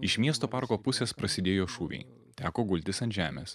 iš miesto parko pusės prasidėjo šūviai teko gultis ant žemės